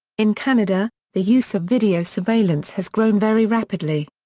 in canada, the use of video surveillance has grown very rapidly.